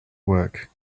work